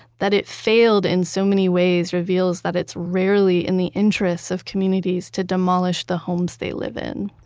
that it failed in so many ways reveals that it's rarely in the interests of communities to demolish the homes they live in.